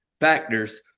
factors